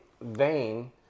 vein